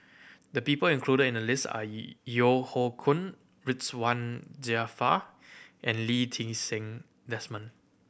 the people included in the list are Yeo Hoe Koon Ridzwan Dzafir and Lee Ti Seng Desmond